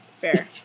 fair